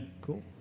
Cool